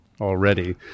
already